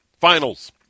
Finals